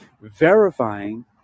verifying